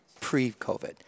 pre-COVID